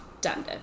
done